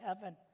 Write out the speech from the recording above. heaven